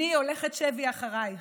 אני הולכת שבי אחרייך,